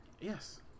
Yes